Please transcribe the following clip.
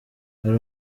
hari